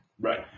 Right